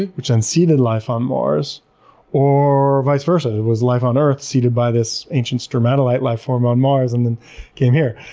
and which then seeded life on mars or vice versa? or was life on earth seeded by this ancient stromatolite life form on mars and then came here?